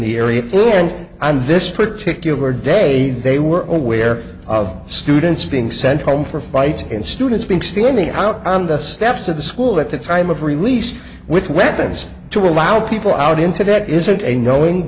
the area and on this particular day they were aware of students being sent home for fights and students being skinny out on the steps of the school at the time of release with weapons to allow people out into that isn't a no in